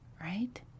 Right